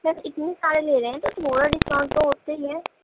سر اتنے سارے لے رہے ہیں تو تھوڑا ڈسکاؤنٹ تو ہوتا ہی ہے